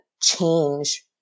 change